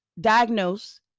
diagnose